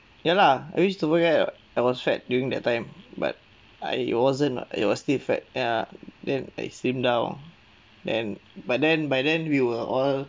ya lah I [what] during that time but I it wasn't [what] I was still fat then uh then I slim down then but then by then we were all